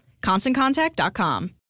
ConstantContact.com